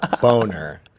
boner